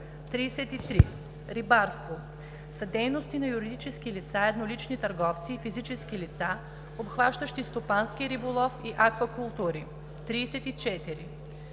33. „Рибарство” са дейности на юридически лица, еднолични търговци и физически лица, обхващащи стопански риболов и аквакултури. 34.